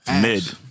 mid